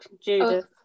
Judith